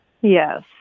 Yes